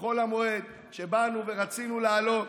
בחול המועד, כשבאנו ורצינו לעלות,